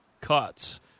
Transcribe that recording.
cuts